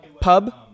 PUB